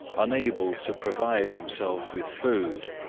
unable to provide himself with food.